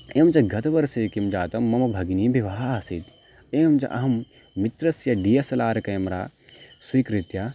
एवञ्च गतवर्षे किं जातं मम भगिनीविवाहः आसीत् एवञ्च अहं मित्रस्य D S L R camera स्वीकृत्य